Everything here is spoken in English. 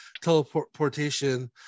teleportation